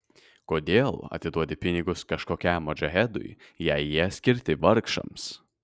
kodėl atiduodi pinigus kažkokiam modžahedui jei jie skirti vargšams